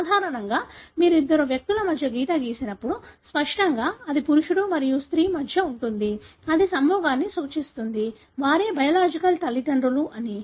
సాధారణంగా మీరు ఇద్దరు వ్యక్తుల మధ్య గీతను గీసినప్పుడు స్పష్టంగా అది పురుషుడు మరియు స్త్రీ మధ్య ఉంటుంది అది సంభోగాన్ని సూచిస్తుంది వారే బయోలాజికల్ తల్లిదండ్రులు అని